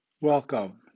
Welcome